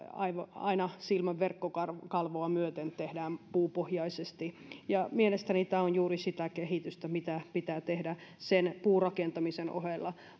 aina silmän verkkokalvoa myöten tehdään puupohjaisesti mielestäni tämä on juuri sitä kehitystä mitä pitää tehdä sen puurakentamisen ohella